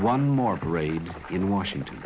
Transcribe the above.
one more parade in washington